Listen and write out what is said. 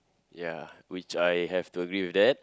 ya which I have to agree with that